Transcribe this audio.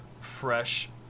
fresh